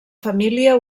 família